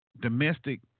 domestic